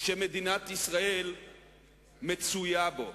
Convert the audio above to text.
שמדינת ישראל מצויה בו.